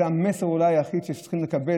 זה אולי המסר היחיד שאנחנו צריכים לקבל,